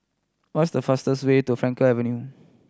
what's the fastest way to Frankel Ever New